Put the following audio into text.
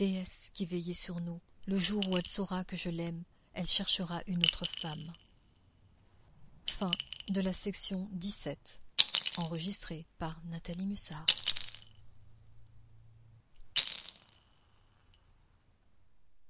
qui veillez sur nous le jour où elle saura que je l'aime elle cherchera une autre femme